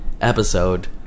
episode